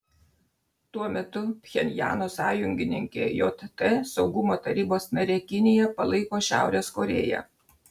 tuo metu pchenjano sąjungininkė jt saugumo tarybos narė kinija palaiko šiaurės korėją